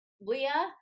Leah